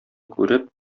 күреп